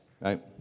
Right